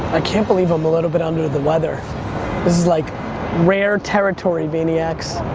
ah can't believe i'm a little bit under the weather. this is like rare territory, vayniacs.